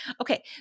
Okay